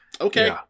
okay